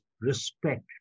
respect